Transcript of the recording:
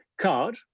card